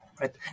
Right